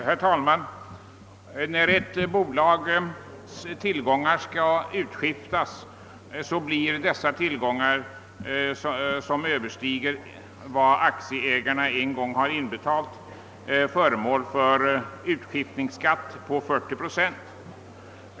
Herr talman! När ett bolags tillgångar skall utskiftas blir de tillgångar, som överstiger vad aktieägarna en gång har inbetalat föremål för en utskiftningsskatt på 40 procent.